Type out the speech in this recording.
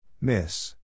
Miss